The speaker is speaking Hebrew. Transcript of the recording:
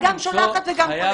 גם שולחת וגם קולטת,